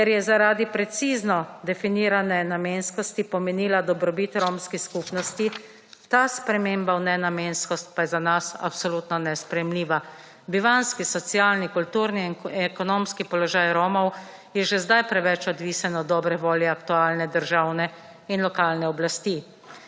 ker je zaradi precizno definirane namenskosti pomenila dobrobit romski **59. TRAK: (SB) – 14.50** (nadaljevanje) skupnosti. Ta sprememba o nenamenskosti pa je za nas absolutno nesprejemljiva. Bivanjski, socialni, kulturni in ekonomski položaj Romov je že zdaj preveč odvisen od dobre volje aktualne, državne in lokalne oblasti.